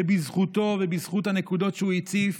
שבזכותו ובזכות הנקודות שהוא הציף